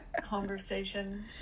conversation